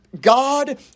God